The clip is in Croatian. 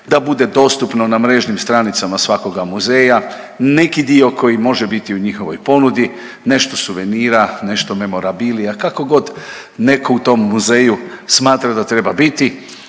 da bude dostupno na mrežnim stranicama svakoga muzeja, neki dio koji može biti u njihovoj ponudi, nešto suvenira, nešto memorabilija, kako god netko u tom muzeju smatra da treba biti.